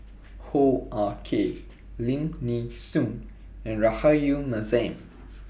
Hoo Ah Kay Lim Nee Soon and Rahayu Mahzam